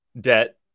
debt